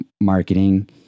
marketing